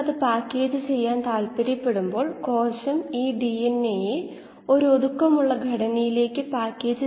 rc പൂജ്യത്തിലേക്കും steady state ഡെറിവേറ്റീവും പൂജ്യത്തിലേക്ക് പോകുന്നു